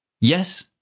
yes